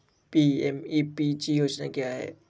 PMEPG योजना क्या है?